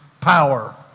power